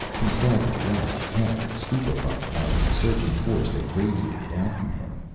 he staggered away, half-stupefied by the surging force that radiated out from him.